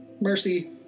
mercy